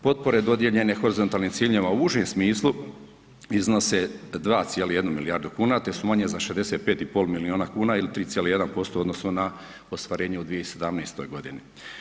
Potpore dodijeljene horizontalnim ciljevima u užem smislu iznose 2,1 milijardu kuna te su manje za 65,5 milijuna kuna ili 3,1% u odnosu na ostvarenje u 2017. godini.